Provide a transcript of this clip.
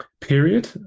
period